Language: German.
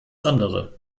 andere